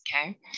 okay